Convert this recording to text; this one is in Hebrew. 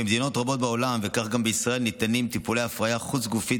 במדינות רבות בעולם וכך גם בישראל ניתנים טיפולי הפריה חוץ-גופית